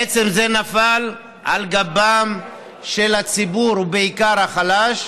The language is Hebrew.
זה בעצם נפל על גבו של הציבור, בעיקר החלש,